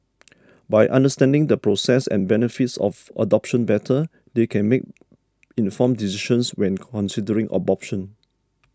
by understanding the process and benefits of adoption better they can make informed decisions when considering abortion